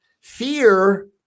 fear